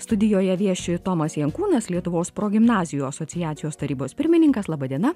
studijoje vieši tomas jankūnas lietuvos progimnazijų asociacijos tarybos pirmininkas laba diena